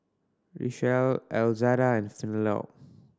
Richelle Elzada and